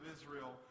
Israel